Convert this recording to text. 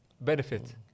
benefit